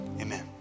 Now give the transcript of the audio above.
amen